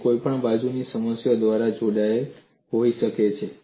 તે કોઈપણ બાજુની સપાટી દ્વારા જોડાયેલ હોઈ શકે છે